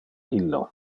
illo